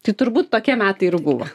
tai turbūt tokie metai ir buvo